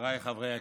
חבריי חברי הכנסת,